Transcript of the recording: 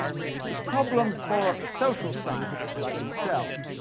the problem for a social scientist, like himself,